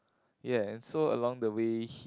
ya so along the way